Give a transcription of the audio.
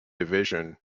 division